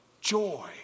Joy